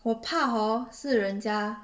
我怕 hor 是人家